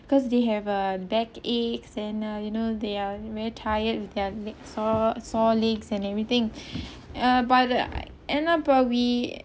because they have uh backache and uh you know they are very tired with their leg sore sore legs and everything ah but the end up ah we